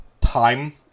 time